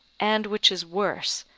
and, which is worse,